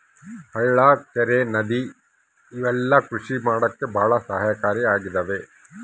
ಹಳ್ಳ ಕೆರೆ ನದಿ ಇವೆಲ್ಲ ಕೃಷಿ ಮಾಡಕ್ಕೆ ಭಾಳ ಸಹಾಯಕಾರಿ ಆಗಿದವೆ